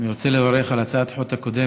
אני רוצה לברך על הצעת החוק הקודמת,